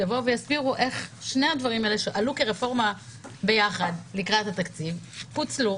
שיסביר איך שני הדברים האלה שעלו כרפורמה ביחד לקראת התקציב פוצלו,